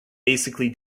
basically